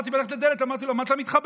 פתחתי את הדלת, אמרתי לו, מה אתה מתחבא?